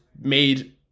made